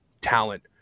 talent